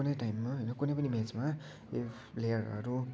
कुनै टाइममा होइन कुनै पनि म्याचमा इफ प्लेयरहरू